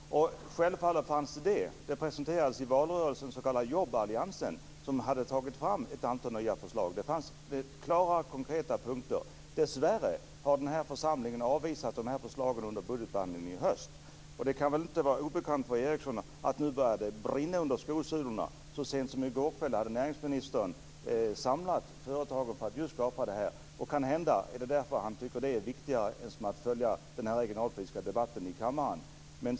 Fru talman! Jag är tacksam för att Stig Eriksson vände sig till mig. Självfallet finns det sådana förslag. I valrörelsen presenterades den s.k. jobballiansen, som hade tagit fram ett antal nya förslag. Det var klara och konkreta punkter. Dessvärre har kammaren avvisat dessa förslag under höstens budgetbehandling. Det kan inte vara obekant för Stig Eriksson att det nu börjar brinna under skosulorna. Så sent som i går kväll samlade näringsministern företrädare för företag för att prata just om det här. Kanhända tycker han att det är viktigare än att följa den här regionalpolitiska debatten i kammaren.